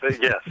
yes